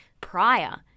prior